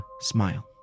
smile